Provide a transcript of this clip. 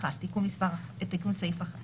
תיקון סעיף 1